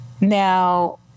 now